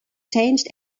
changed